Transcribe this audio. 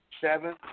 seven